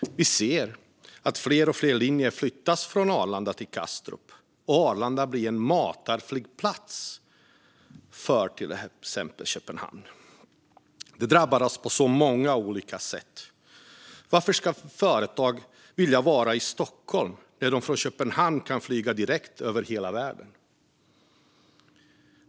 Vi ser att fler och fler linjer flyttas från Arlanda till Kastrup och att Arlanda blir en matarflygplats för exempelvis Köpenhamn. Det drabbar oss på många olika sätt. Varför ska företag vilja vara i Stockholm när de från Köpenhamn kan flyga direkt över hela världen?